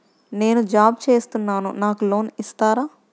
నేను జాబ్ చేస్తున్నాను నాకు లోన్ ఇస్తారా?